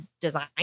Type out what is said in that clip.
design